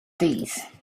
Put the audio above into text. these